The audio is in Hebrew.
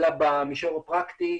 אלא במישור הפרקטי,